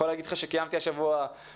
אני יכול להגיד לך שקיימתי השבוע ועדת